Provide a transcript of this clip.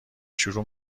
شروع